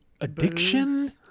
addiction